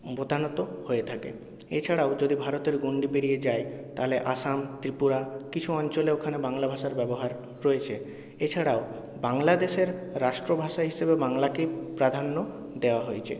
প্রধানত হয়ে থাকে এছাড়াও যদি ভারতের গন্ডি পেরিয়ে যাই তাহলে আসাম ত্রিপুরা কিছু অঞ্চলে ওখানে বাংলা ভাষার ব্যবহার রয়েছে এছাড়াও বাংলাদেশের রাষ্ট্রভাষা হিসেবে বাংলাকেই প্রাধান্য দেওয়া হয়েছে